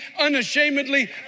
unashamedly